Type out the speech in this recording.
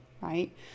right